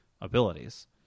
abilities